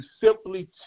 simply